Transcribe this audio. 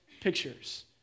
pictures